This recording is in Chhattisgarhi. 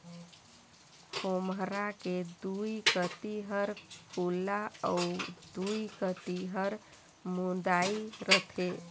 खोम्हरा के दुई कती हर खुल्ला अउ दुई कती हर मुदाए रहथे